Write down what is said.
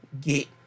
get